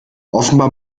offenbar